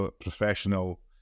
professional